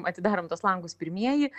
atidarom tuos langus pirmieji